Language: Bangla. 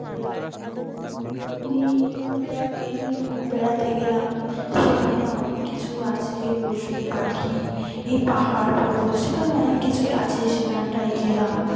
যে আমি এই কোনো জায়গায় বেড়াতে গেলাম সেখানে অনেক কিছু আছে পশু পাখি এই পাহাড় পর্বত সেখানে অনেক কিছুই আছে সেখানটায় গেলাম